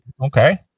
Okay